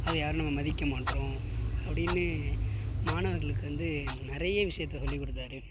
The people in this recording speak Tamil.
அதை யாரும் நம்ம மதிக்க மாட்டுறோம் அப்படின்னு மாணவர்களுக்கு வந்து நிறைய விஷயத்த சொல்லிக் கொடுத்தாரு